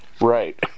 right